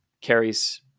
carries